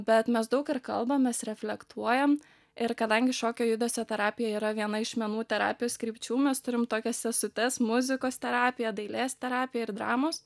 bet mes daug ir kalbamės reflektuojam ir kadangi šokio judesio terapija yra viena iš menų terapijos krypčių mes turim tokias sesutes muzikos terapija dailės terapija ir dramos